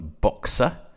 Boxer